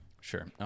Sure